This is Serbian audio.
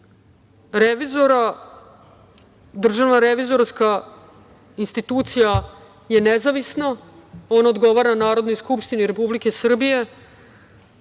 revizora, Državna revizorska institucija je nezavisna, ona odgovara Narodnoj skupštini Republike Srbije.